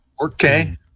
Okay